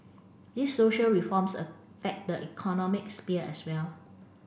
these social reforms affect the economic sphere as well